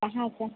कहाँ से